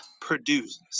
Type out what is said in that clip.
produce